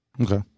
Okay